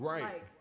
Right